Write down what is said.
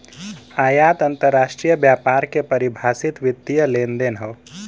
आयात अंतरराष्ट्रीय व्यापार के परिभाषित वित्तीय लेनदेन हौ